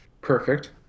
Perfect